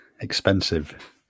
Expensive